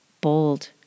Bold